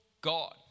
God